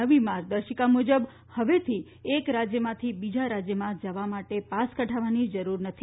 નવી માર્ગદર્શિકા મુજબ હવેથી એક રાજ્યમાંથી બીજા રાજ્યમાં જવા પાસ કઢાવવાની જરૂર નથી